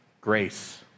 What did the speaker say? grace